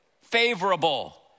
Favorable